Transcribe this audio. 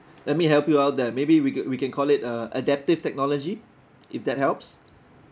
let me help you out there maybe we c~ we can call it uh adaptive technology if that helps